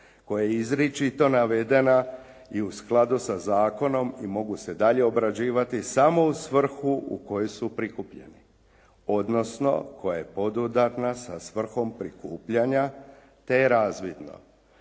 koja je izričito navedena i u skladu sa zakonom i mogu se dalje obrađivati samo u svrhu u kojoj su prikupljeni, odnosno koja je podudarna sa svrhom prikupljanja te je razvidno